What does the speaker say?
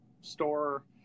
store